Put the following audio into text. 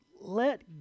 let